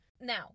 Now